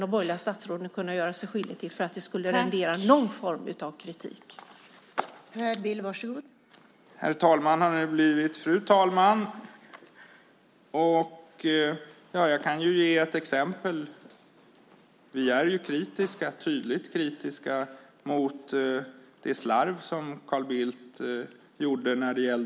Det borde vara självklart, Per Bill och övriga borgerliga ledamöter av detta utskott, att vi skulle ha kunnat det även i en del ärenden där vi har reservationer om det inte hade varit så att de borgerliga statsråd som nu sitter i regeringen kan göra nästan vad som helst. Någon kritik från utskottet är icke att vänta. Vad, Per Bill, skulle de borgerliga statsråden kunna göra sig skyldiga till för att det skulle rendera någon form av kritik?